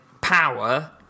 power